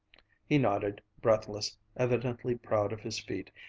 he nodded, breathless, evidently proud of his feat,